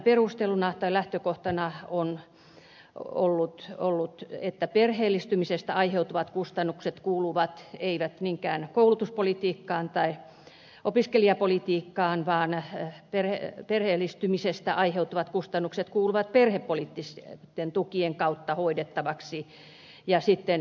tämän lähtökohtana on ollut että perheellistymisestä aiheutuvat kustannukset eivät kuulu niinkään koulutuspolitiikkaan tai opiskelijapolitiikkaan vaan perheellistymisestä aiheutuvat kustannukset kuuluvat perhepoliittisten tukien kautta hoidettaviksi